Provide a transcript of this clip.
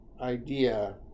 idea